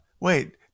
Wait